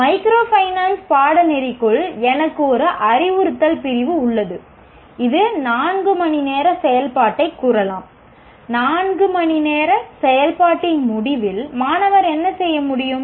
micro finance பாடநெறிக்குள் எனக்கு ஒரு அறிவுறுத்தல் பிரிவு உள்ளது இது 4 மணிநேர செயல்பாட்டைக் கூறலாம் 4 மணிநேர செயல்பாட்டின் முடிவில் மாணவர் என்ன செய்ய முடியும்